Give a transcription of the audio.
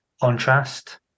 contrast